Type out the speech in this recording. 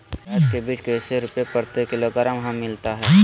प्याज के बीज कैसे रुपए प्रति किलोग्राम हमिलता हैं?